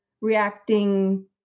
reacting